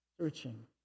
searching